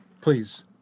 Please